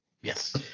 Yes